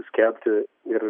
skelbti ir